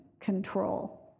control